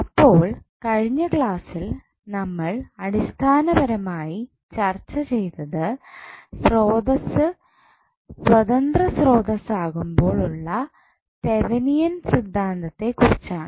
അപ്പോൾ കഴിഞ്ഞ ക്ലാസ്സിൽ നമ്മൾ അടിസ്ഥാനപരമായി ചർച്ച ചെയ്തത് സ്രോതസ്സ് സ്വതന്ത്ര സ്രോതസ്സ് ആകുമ്പോൾ ഉള്ള തെവനിയൻ സിദ്ധാന്തത്തെ കുറിച്ചാണ്